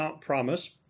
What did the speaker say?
promise